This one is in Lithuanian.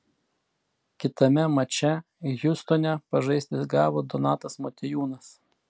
kitame mače hjustone pažaisti gavo donatas motiejūnas